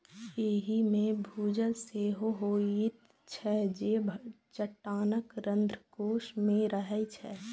एहि मे भूजल सेहो होइत छै, जे चट्टानक रंध्रकोश मे रहै छै